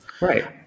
right